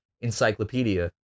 encyclopedia